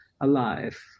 alive